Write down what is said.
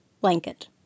Blanket